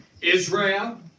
Israel